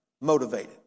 motivated